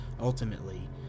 Ultimately